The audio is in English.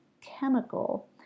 chemical